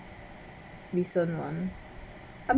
recent one I mean